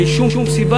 אין שום סיבה,